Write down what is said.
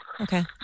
Okay